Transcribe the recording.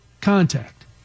contact